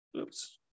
Oops